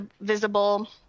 visible